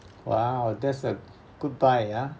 !wow! that's a good buy ah